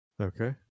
Okay